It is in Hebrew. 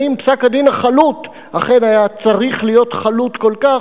אם פסק-הדין החלוט אכן היה צריך להיות חלוט כל כך,